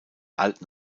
alten